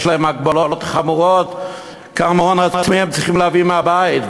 יש הגבלות חמורות על כמה הון עצמי הם צריכים להביא מהבית,